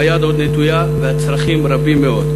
והיד עוד נטויה והצרכים רבים מאוד.